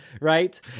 right